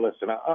Listen